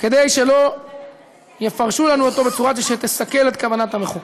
כדי שלא יפרשו לנו אותו בצורה שתסכל את כוונת המחוקק.